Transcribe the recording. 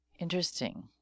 Interesting